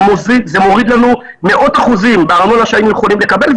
זה מוריד לנו מאות אחוזים בארנונה שהיינו יכולים לקבל,